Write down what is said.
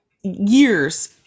years